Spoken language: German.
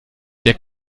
der